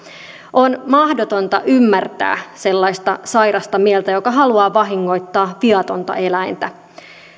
on mahdotonta ymmärtää sellaista sairasta mieltä joka haluaa vahingoittaa viatonta eläintä